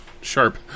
sharp